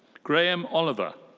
graeme oliver.